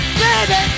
baby